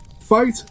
fight